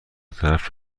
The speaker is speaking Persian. طرف